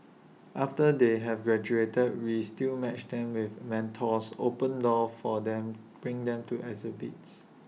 after they have graduated we still match them with mentors open doors for them bring them to exhibits